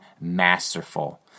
masterful